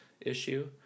issue